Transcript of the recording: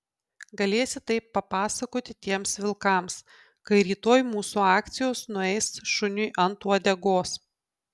galėsi tai papasakoti tiems vilkams kai rytoj mūsų akcijos nueis šuniui ant uodegos